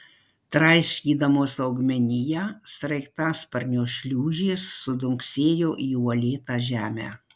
traiškydamos augmeniją sraigtasparnio šliūžės sudunksėjo į uolėtą žemę